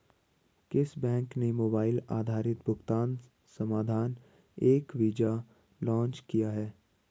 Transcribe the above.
किस बैंक ने मोबाइल आधारित भुगतान समाधान एम वीज़ा लॉन्च किया है?